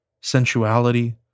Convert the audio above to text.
sensuality